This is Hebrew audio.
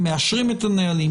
הם מאשרים את הנהלים?